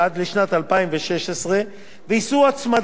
ויישאו הצמדה מלאה למדד המחירים לצרכן.